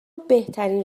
بهترین